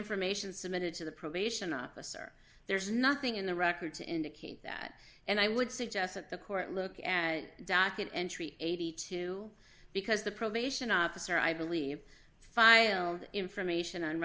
information submitted to the probation officer there's nothing in the record to indicate that and i would suggest that the court look at docket entry eighty two because the probation officer i believe filed information